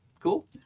Cool